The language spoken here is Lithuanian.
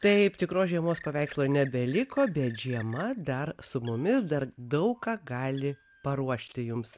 taip tikros žiemos paveikslo nebeliko bet žiema dar su mumis dar daug ką gali paruošti jums